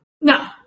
No